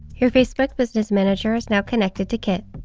your facebook business manager is now connected to kit.